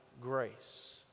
grace